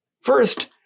First